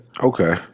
Okay